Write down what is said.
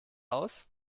aus